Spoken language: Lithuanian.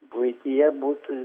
buityje būtų